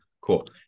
cool